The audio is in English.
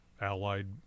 allied